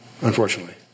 unfortunately